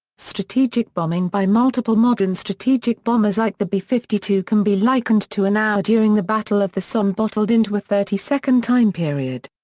strategic bombing by multiple modern strategic bombers like the b fifty two can be likened to an hour during the battle of the somme bottled into a thirty-second time period.